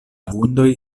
vundoj